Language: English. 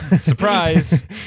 Surprise